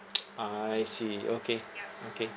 ah I see okay okay mm